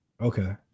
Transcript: okay